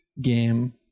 game